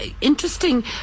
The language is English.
interesting